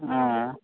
हॅं